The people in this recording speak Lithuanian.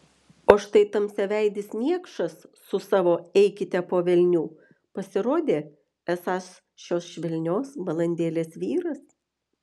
o štai tamsiaveidis niekšas su savo eikite po velnių pasirodė esąs šios švelnios balandėlės vyras